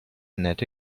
nette